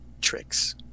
tricks